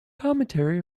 commentary